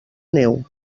neu